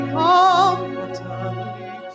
comfortably